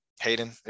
Hayden